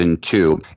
two